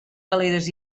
galeres